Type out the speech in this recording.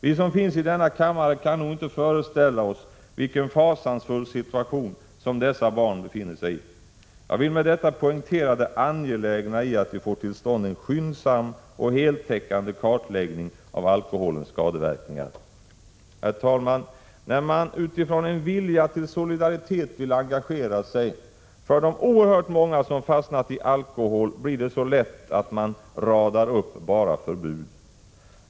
Vi som finns i denna kammare kan nog inte föreställa oss vilken fasansfull situation som dessa barn befinner sigi. Jag vill med detta poängtera det angelägna i att vi får till stånd en skyndsam och heltäckande kartläggning av alkoholens skadeverkningar. Herr talman! När man utifrån en vilja till solidaritet vill engagera sig för de oerhört många som fastnat i alkohol, blir det lätt så att man radar upp bara förbud.